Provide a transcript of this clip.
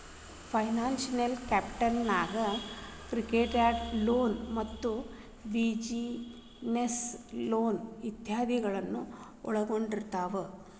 financial capital ನ್ಯಾಗ್ credit card loan ಮತ್ತ business loan ಇತಾದಿಗಳನ್ನ ಒಳ್ಗೊಂಡಿರ್ತಾವ